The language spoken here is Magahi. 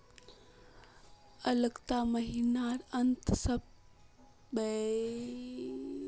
अगला महीनार अंत तक सब पैसा बैंकत जमा हइ जा बे